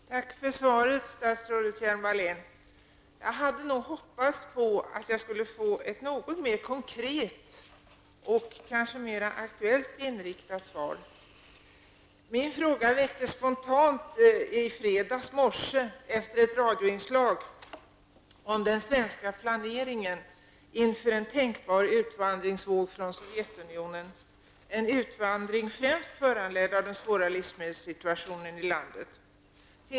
Herr talman! Tack för svaret, statsrådet Hjelm Wallén. Jag hade nog hoppats på att få ett något mera konkret och mer aktuellt inriktat svar. Min fråga väcktes spontant i fredags morse efter ett radioinslag om den svenska planeringen inför en tänkbar utvandringsvåg från Sovjetunionen -- en utvandring främst föranledd av den svåra livsmedelssituationen i Sovjetunionen.